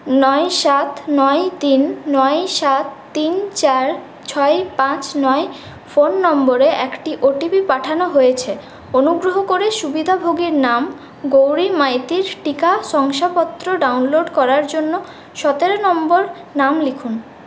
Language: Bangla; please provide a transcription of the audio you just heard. নয় সাত নয় তিন নয় সাত তিন চার ছয় পাঁচ নয় ফোন নম্বরে একটি ও টি পি পাঠানো হয়েছে অনুগ্রহ করে সুবিধাভোগীর নাম গৌরী মাইতির টিকা শংসাপত্র ডাউনলোড করার জন্য সতেরো নম্বর নাম লিখুন